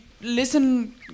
listen